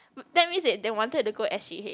that means that they wanted to go s_g_h